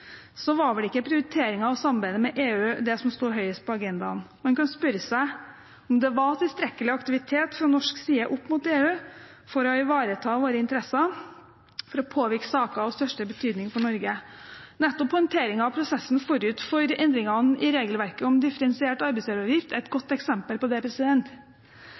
EU det som sto høyest på agendaen. Man kan spørre seg om det var tilstrekkelig aktivitet fra norsk side opp mot EU for å ivareta våre interesser og for å påvirke saker av største betydning for Norge. Nettopp håndteringen av prosessen forut for endringene i regelverket om differensiert arbeidsgiveravgift er et godt eksempel på det.